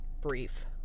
brief